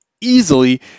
easily